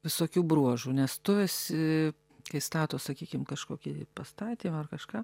visokių bruožų nes tu esi kai stato sakykim kažkokį pastatymą ar kažką